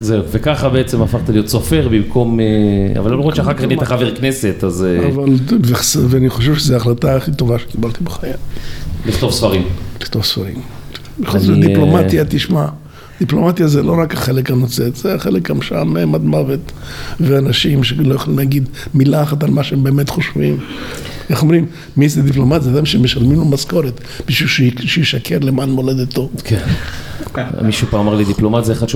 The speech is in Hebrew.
זהו, וככה בעצם הפכת להיות סופר במקום, אבל למרות שאחר כך נהיית חבר כנסת, אז... אבל, ואני חושב שזו ההחלטה הכי טובה שקיבלתי בחיים. לכתוב ספרים. לכתוב ספרים. בכל זאת, דיפלומטיה, תשמע. דיפלומטיה זה לא רק החלק הנוצץ, זה חלק המשעמם, עד מוות, ואנשים שלא יכולים להגיד מילה אחת על מה שהם באמת חושבים. איך אומרים? מי זה דיפלומט? זה אדם שמשלמים לו משכורת, בשביל שישקר למען מולדתו. מישהו פעם אמר לי, דיפלומט זה אחד...